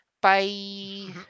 Bye